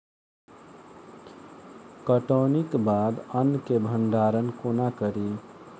कटौनीक बाद अन्न केँ भंडारण कोना करी?